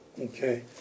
Okay